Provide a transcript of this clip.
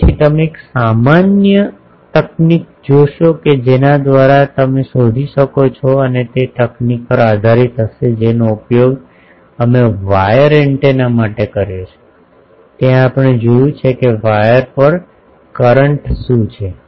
તેથી અમે એક સામાન્ય તકનીક જોશું કે જેના દ્વારા તમે શોધી શકો છો અને તે તકનીક પર આધારિત હશે જેનો ઉપયોગ અમે વાયર એન્ટેના માટે કર્યો છે કે ત્યાં આપણે જોયું છે કે વાયર પર કરન્ટ શું છે